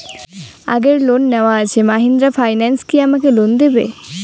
আগের লোন নেওয়া আছে মাহিন্দ্রা ফাইন্যান্স কি আমাকে লোন দেবে?